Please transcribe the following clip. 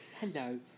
Hello